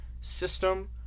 system